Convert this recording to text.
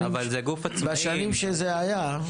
בשנים שזה היה,